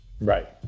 Right